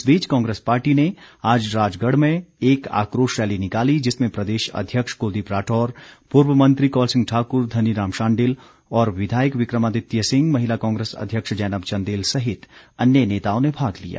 इस बीच कांग्रेस पार्टी ने आज राजगढ़ में एक आक्रोश रैली निकाली जिसमें प्रदेश अध्यक्ष कृलदीप राठौर पूर्व मंत्री कौल सिंह ठाक्र धनीराम शांडिल विधायक विक्रमादित्य सिंह और महिला कांग्रेस अध्यक्ष जैनब चंदेल सहित अन्य नेताओं ने भाग लिया